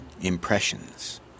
impressions